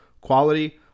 quality